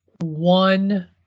one